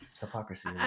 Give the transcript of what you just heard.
Hypocrisy